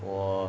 我